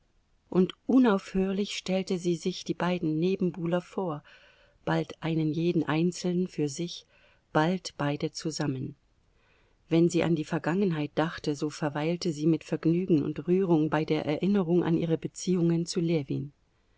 und unaufhörlich stellte sie sich die beiden nebenbuhler vor bald einen jeden einzeln für sich bald beide zusammen wenn sie an die vergangenheit dachte so verweilte sie mit vergnügen und rührung bei der erinnerung an ihre beziehungen zu ljewin